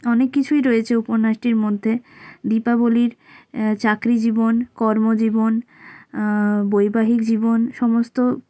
অনেক কিছুই রয়েছে উপন্যাসটির মধ্যে দীপাবলির চাকরি জীবন কর্ম জীবন বৈবাহিক জীবন সমস্ত